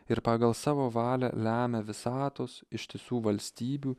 ir pagal savo valią lemia visatos ištisų valstybių